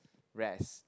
rest